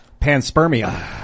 Panspermia